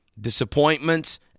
disappointments